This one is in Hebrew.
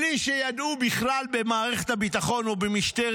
בלי שידעו כלל במערכת הביטחון או במשטרת